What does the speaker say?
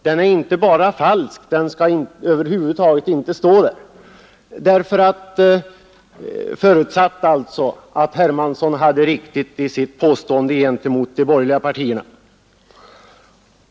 Den är inte bara falsk, den skall över huvud taget inte stå där — förutsatt att herr Hermansson har rätt i sitt påstående gentemot de borgerliga partierna.